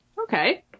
okay